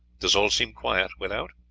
does all seem quiet without?